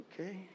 Okay